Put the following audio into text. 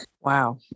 Wow